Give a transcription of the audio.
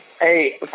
Hey